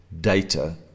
data